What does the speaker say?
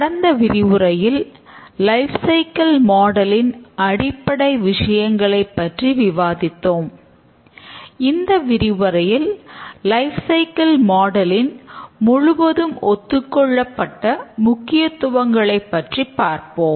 கடந்த விரிவுரையில் life cycle மாடலின் முழுவதும் ஒத்துக் கொள்ளப்பட்ட முக்கியத்துவங்களைப் பற்றிப் பார்ப்போம்